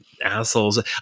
assholes